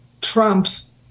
trump's